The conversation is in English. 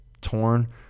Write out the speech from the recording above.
torn